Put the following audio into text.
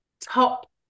Top